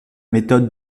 méthode